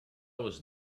was